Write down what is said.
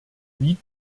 wie